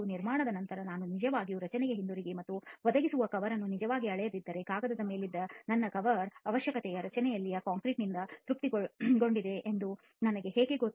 ನಿರ್ಮಾಣದ ನಂತರ ನಾನು ನಿಜವಾಗಿಯೂ ರಚನೆಗೆ ಹಿಂತಿರುಗಿ ಮತ್ತು ಒದಗಿಸಿದ ಕವರ್ ಅನ್ನು ನಿಜವಾಗಿ ಅಳೆಯದಿದ್ದರೆ ಕಾಗದದ ಮೇಲಿದ್ದ ನನ್ನ ಕವರ್ ಅವಶ್ಯಕತೆಯು ರಚನೆಯಲ್ಲಿನ ಕಾಂಕ್ರೀಟ್ನಿಂದ ತೃಪ್ತಿಗೊಂಡಿದೆ ಎಂದು ನನಗೆ ಹೇಗೆ ಗೊತ್ತು